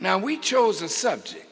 now we chose a subject